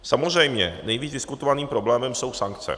Samozřejmě nejvíc diskutovaným problémem jsou sankce.